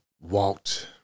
walked